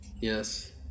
Yes